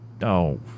no